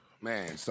Man